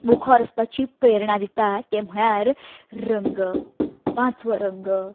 मुखार वचपाची प्रेरणा दिता तें म्हणल्यार रंग पाचवो रंग